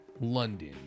London